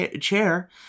chair